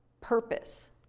purpose